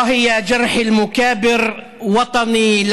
(אומר דברים בשפה הערבית ומתרגמם.)